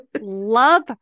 Love